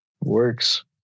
works